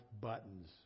buttons